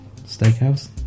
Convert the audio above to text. Steakhouse